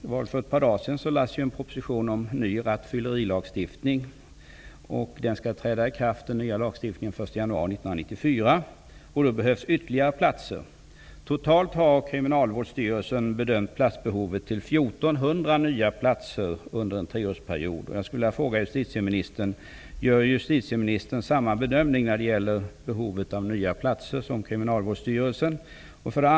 För ett par dagar sedan lades en proposition fram om ny rattfyllerilagstiftning. Den nya lagstiftningen skall träda i kraft den 1 januari 1994. Då behövs ytterligare platser. Totalt har Gör justitieministern samma bedömning när det gäller behovet av nya platser som Kriminalvårdsstyrelsen?